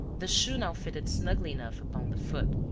the shoe now fitted snugly enough upon the foot,